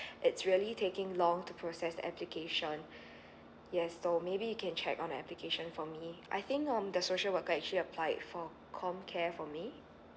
it's really taking long to process application yes so maybe you can check on application for me I think um the social work actually applied for com care for me